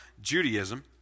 Judaism